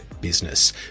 business